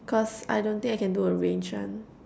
cos I don't think I can do a range [one]